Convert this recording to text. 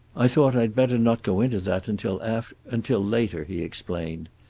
i thought i'd better not go into that until after until later, he explained.